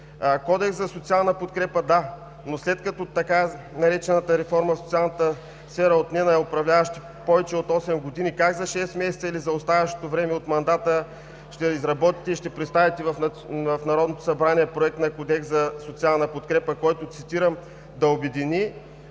Кодекс за социална подкрепа – да, но след като така наречената реформа в социалната сфера отне на управляващите повече от 8 години, как за шест месеца или за оставащото време от мандата ще изработите и ще представите в Народното събрание Проект на Кодекс за социална подкрепа, който, цитирам: „Да обедини